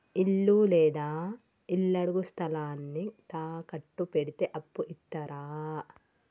ఇల్లు లేదా ఇళ్లడుగు స్థలాన్ని తాకట్టు పెడితే అప్పు ఇత్తరా?